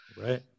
right